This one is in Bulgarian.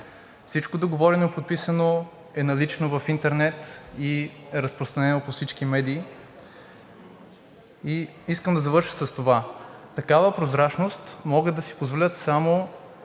Всичко договорено и подписано е налично в интернет и разпространено по всички медии. И искам да завърша с това: такава прозрачност могат да си позволят само